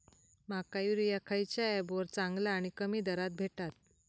माका युरिया खयच्या ऍपवर चांगला आणि कमी दरात भेटात?